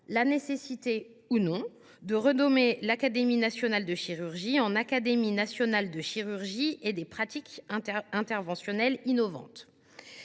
la nécessité, ou non, de renommer l’Académie nationale de chirurgie en « Académie nationale de chirurgie et des pratiques interventionnelles innovantes